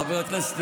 חבר הכנסת